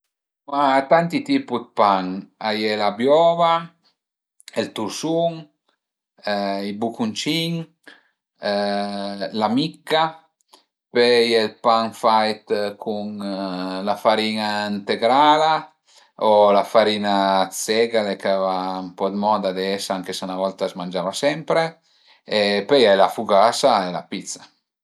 Ma tanti tipu dë pan, a ie la biova, ël tursun, i bucuncin la micca, püi a ie ël pan fait cun la farin-a ëntegrala o la farina d'segale ch'a va ën po dë moda ades anche se 'na volta a s'mangiava sempre e pöi a ie la fugasa e la pizza